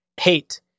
hate